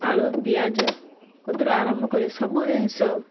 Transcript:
ଆଳୁ ପିଆଜ କତିରୁ ଆରମ୍ଭ କରି ସବୁ ଜିନିଷ